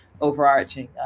overarching